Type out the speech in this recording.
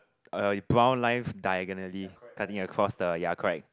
uh brown lines diagonally cutting across the ya correct